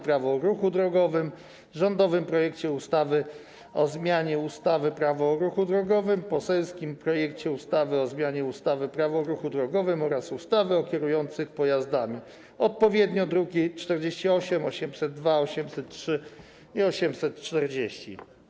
Prawo o ruchu drogowym, rządowym projekcie ustawy o zmianie ustawy - Prawo o ruchu drogowym, poselskim projekcie ustawy o zmianie ustawy - Prawo o ruchu drogowym oraz ustawy o kierujących pojazdami, odpowiednio druki nr 48, 802, 803 i 840.